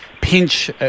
pinch